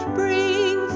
bring